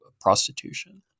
prostitution